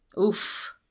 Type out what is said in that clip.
Oof